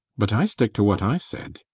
but i stick to what i said.